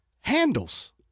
handles